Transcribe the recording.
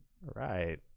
right